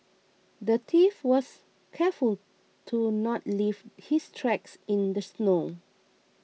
the thief was careful to not leave his tracks in the snow